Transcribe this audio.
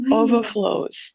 overflows